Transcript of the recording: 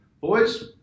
boys